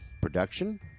Production